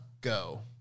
Go